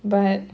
but